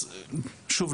אז שוב,